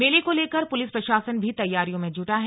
मेले को लेकर पुलिस प्रशासन भी तैयारियों में जुटा है